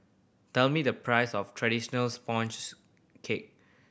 tell me the price of traditional sponge cake